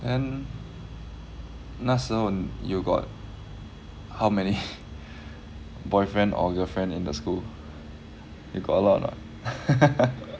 then 那时候 you got how many boyfriend or girlfriend in the school you got a lot lah